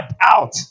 out